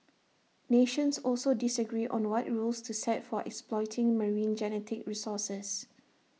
nations also disagree on what rules to set for exploiting marine genetic resources